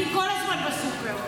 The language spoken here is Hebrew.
אני כל הזמן בסופר.